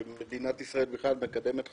ומדינת ישראל בכלל מקדמת חדשנות,